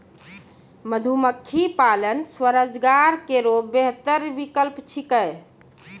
मधुमक्खी पालन स्वरोजगार केरो बेहतर विकल्प छिकै